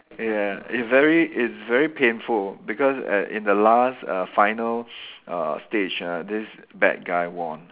ya it very it's very painful because uh in the last uh final uh stage uh this bad guy won